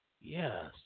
Yes